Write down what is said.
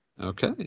Okay